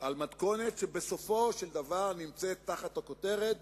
על מתכונת שבסופו של דבר נמצאת תחת הכותרת